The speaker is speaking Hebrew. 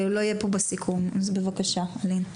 לא יהיה פה בסיכום, אז בבקשה, אלין.